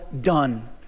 done